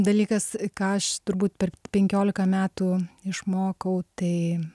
dalykas ką aš turbūt per penkiolika metų išmokau tai